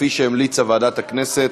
כפי שהמליצה ועדת הכנסת